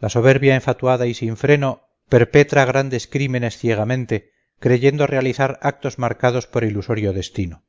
la soberbia enfatuada y sin freno perpetra grandes crímenes ciegamente creyendo realizar actos marcados por ilusorio destino